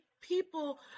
people